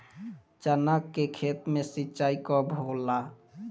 चना के खेत मे सिंचाई कब होला?